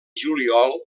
juliol